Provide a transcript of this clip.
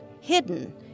hidden